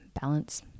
balance